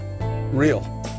real